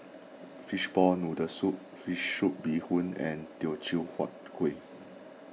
Fishball Noodle Soup Fish Soup Bee Hoon and Teochew Huat Kuih